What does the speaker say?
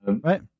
Right